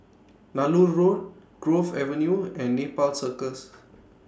Nallur Road Grove Avenue and Nepal Circus